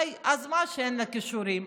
אז מה אם אין לה כישורים?